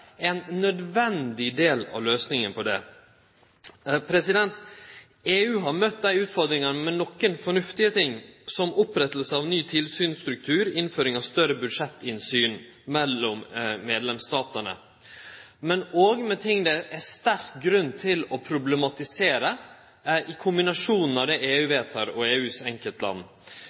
er ein nødvendig del av løysinga på det. EU har møtt utfordringane med nokre fornuftige ting, som oppretting av ein ny tilsynsstruktur og innføring av større budsjettinnsyn mellom medlemsstatane, men òg med ting det er sterk grunn til å problematisere, i kombinasjonen av det EU vedtek, og EUs enkeltland.